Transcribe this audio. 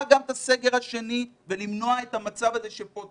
גם את הסגר השני ולמנוע את המצב הזה שפותחים,